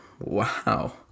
Wow